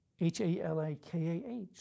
H-A-L-A-K-A-H